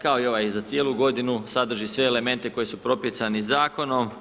Kao i ovaj za cijelu godinu, sadrži sve elemente koji su propisani Zakonom.